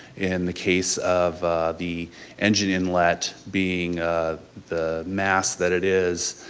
in the case of the engine inlet being the mass that it is,